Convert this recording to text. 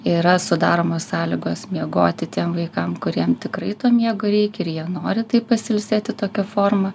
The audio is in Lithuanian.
yra sudaromos sąlygos miegoti tiem vaikam kuriem tikrai to miego reikia ir jie nori taip pasiilsėti tokia forma